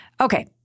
Okay